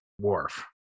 Worf